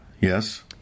Yes